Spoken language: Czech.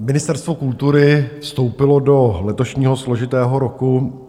Ministerstvo kultury vstoupilo do letošního složitého roku